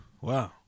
Wow